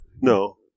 No